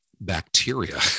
bacteria